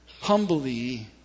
humbly